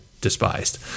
despised